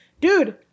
Dude